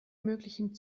möglichen